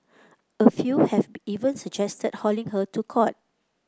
a few have even suggested hauling her to court